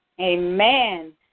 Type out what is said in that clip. Amen